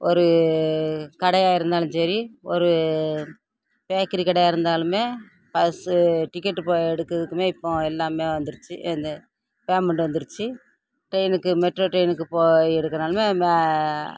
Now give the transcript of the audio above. ஒரு கடையாக இருந்தாலும் சரி ஒரு பேக்கிரி கடையாக இருந்தாலுமே பஸ்ஸு டிக்கெட்டு எடுக்கிறதுக்குமே இப்போது எல்லாமே வந்துருச்சு இந்த பேமெண்டு வந்துருச்சு ட்ரெயினுக்கு மெட்ரோ ட்ரெயினுக்கு போய் எடுக்கிறதுனாலுமே ம